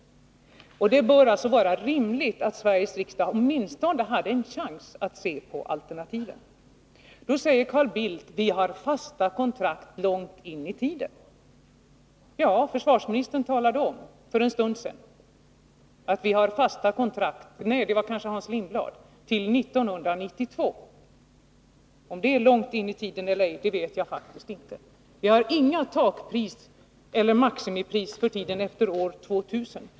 Det bör vara rimligt att Sveriges riksdag åtminstone har en chans att se på alternativen. Då säger Carl Bildt: Vi har fasta kontrakt långt in i tiden. Ja, försvarsministern — eller kanske det var Hans Lindblad — talade om för en stund sedan att vi har fasta kontrakt till 1992. Om det är långt in i tiden eller inte, vet jag faktiskt inte. Det finns inga takpriser eller maximipriser för tiden efter år 2000.